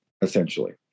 essentially